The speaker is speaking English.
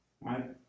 right